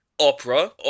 opera